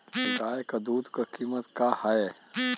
गाय क दूध क कीमत का हैं?